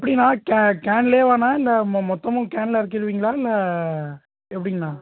எப்படிண்ணா கே கேன்லேயேவாண்ணா இல்லை மொ மொத்தமும் கேனில் இறக்கிருவீங்களா இல்லை எப்படிங்கண்ணா